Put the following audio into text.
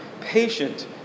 patient